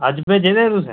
अज्ज भेज्जे दे तुसें